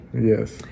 Yes